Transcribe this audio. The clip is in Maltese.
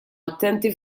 attenti